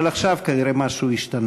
אבל עכשיו כנראה משהו השתנה.